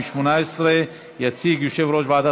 35. הקמת ועדת